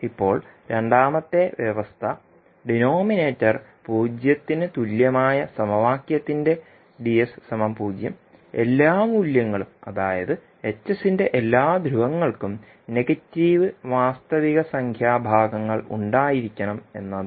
ഇപ്പോൾ രണ്ടാമത്തെ വ്യവസ്ഥ ഡിനോമിനേറ്റർ പൂജ്യത്തിന് തുല്യമായ സമവാക്യത്തിന്റെ എല്ലാ മൂല്യങ്ങളും അതായത് Hന്റെ എല്ലാ ധ്രുവങ്ങൾക്കും നെഗറ്റീവ് വാസ്തവികസംഖ്യാ ഭാഗങ്ങൾ ഉണ്ടായിരിക്കണം എന്നതാണ്